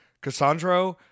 Cassandra